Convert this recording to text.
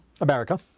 America